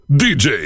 dj